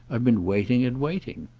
i've been waiting and waiting.